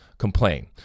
complain